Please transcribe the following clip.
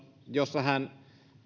jossa hän